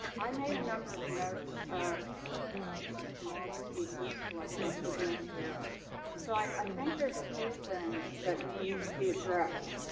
i made a number of notes of from all the speakers who i thank for being here so i think there's, a few things that need to be addressed.